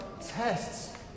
tests